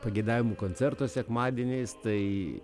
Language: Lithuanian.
pageidavimų koncerto sekmadieniais tai